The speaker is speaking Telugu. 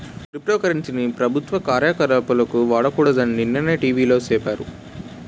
క్రిప్టో కరెన్సీ ని ప్రభుత్వ కార్యకలాపాలకు వాడకూడదని నిన్ననే టీ.వి లో సెప్పారు